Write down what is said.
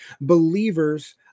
Believers